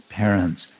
parents